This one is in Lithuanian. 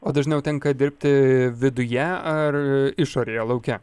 o dažniau tenka dirbti viduje ar išorėje lauke